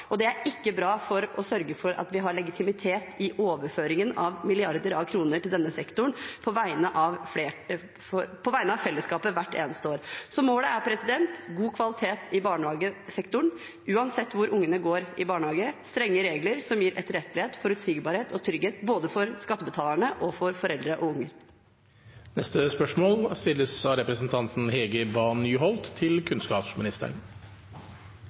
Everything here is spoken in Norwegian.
og det er ikke bra for å sørge for at vi har legitimitet i overføringen av milliarder av kroner til denne sektoren på vegne av fellesskapet hvert eneste år. Målet er god kvalitet i barnehagesektoren, uansett hvor ungene går i barnehage, og strenge regler som gir etterrettelighet, forutsigbarhet og trygghet både for skattebetalerne og for foreldre og